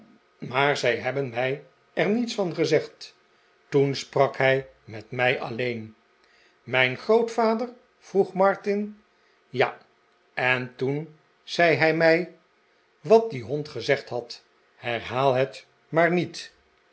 maar zij hebben mij er niets van gezegd toen sprak hij met mij alleen mijn grootvader vroeg martin ja enjoen zei hij mij wat die hond gezegd had herhaal het maar niet